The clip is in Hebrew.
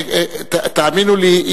תאמינו לי,